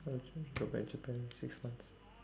I would just go back japan six months